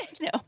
No